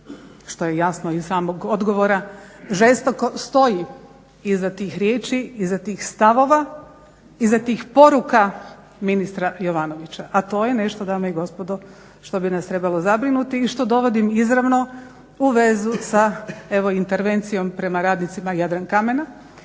što je jasno iz samog odgovora, žestoko stoji iza tih riječi, iza tih stavova, iza tih poruka ministra Jovanovića. A to je nešto dame i gospodo što bi nas trebalo zabrinuti i što dovodim izravno u vezu sa evo intervencijom prema radnicima Jadrankamena